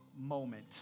moment